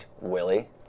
Willie